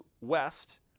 west